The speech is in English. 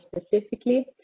specifically